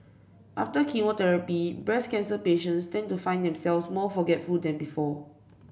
after chemotherapy breast cancer patients tend to find themselves more forgetful than before